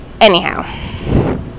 anyhow